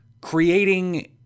creating